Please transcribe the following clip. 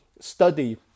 study